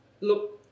Look